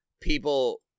people